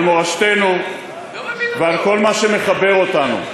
על מורשתנו ועל כל מה שמחבר אותנו.